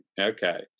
okay